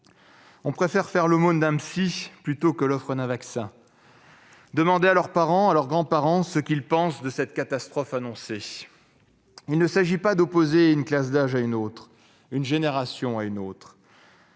On préfère faire l'aumône d'un psy plutôt qu'offrir un vaccin. Demandez aux parents et aux grands-parents ce qu'ils pensent de cette catastrophe annoncée ! Il ne s'agit pas d'opposer une classe d'âge à une autre, une génération à une autre.